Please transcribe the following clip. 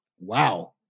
Wow